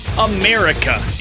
America